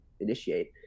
initiate